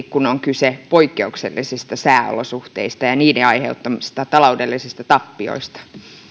kun on kyse poikkeuksellisista sääolosuhteista ja ja niiden aiheuttamista taloudellisista tappioista